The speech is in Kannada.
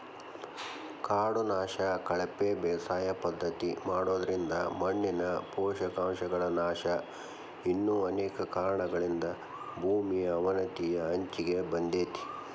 ಕಾಡು ನಾಶ, ಕಳಪೆ ಬೇಸಾಯ ಪದ್ಧತಿ ಮಾಡೋದ್ರಿಂದ ಮಣ್ಣಿನ ಪೋಷಕಾಂಶಗಳ ನಾಶ ಇನ್ನು ಅನೇಕ ಕಾರಣಗಳಿಂದ ಭೂಮಿ ಅವನತಿಯ ಅಂಚಿಗೆ ಬಂದೇತಿ